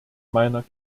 meiner